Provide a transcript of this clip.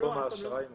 בתחום האשראי לא.